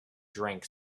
drank